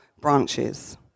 branches